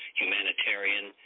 humanitarian